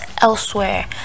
elsewhere